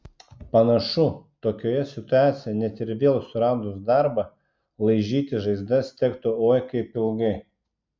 panašu tokioje situacijoje net ir vėl suradus darbą laižytis žaizdas tektų oi kaip ilgai